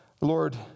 Lord